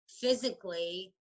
physically